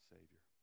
Savior